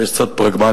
ויש צד פרגמטי,